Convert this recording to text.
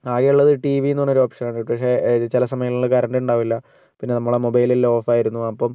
ആകെയുള്ളത് T V ന്ന് പറഞ്ഞൊരു ഓപ്ഷൻ ആണ് പക്ഷേ ചില സമയങ്ങളിൽ കരൻറ് ഉണ്ടാകുകയില്ല പിന്നേ നമ്മളുടെ മൊബൈൽ എല്ലാം ഓഫ് ആയിരുന്നു അപ്പം